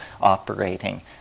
operating